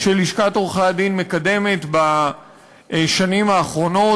שלשכת עורכי-הדין מקדמת בשנים האחרונות,